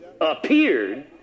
appeared